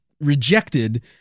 rejected